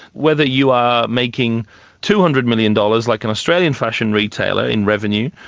whether you are making two hundred million dollars like an australian fashion retailer in revenue,